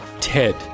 TED